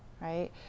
right